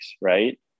right